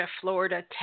Florida